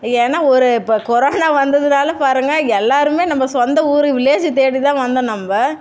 ஏன்னா ஒரு இப்போ கொரோனா வந்ததனால பாருங்க எல்லாருமே நம்ம சொந்த ஊர் வில்லேஜை தேடி தான் வந்தோம் நம்ம